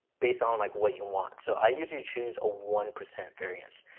based on like what you want. so i usually choose a one percent variance.